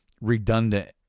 redundant